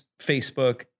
Facebook